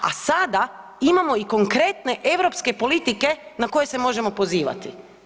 A sada imamo i konkretne europske politike na koje se možemo pozivati.